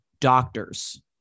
doctors